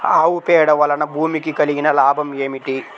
ఆవు పేడ వలన భూమికి కలిగిన లాభం ఏమిటి?